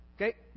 Okay